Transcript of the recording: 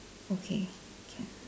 okay can